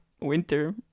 winter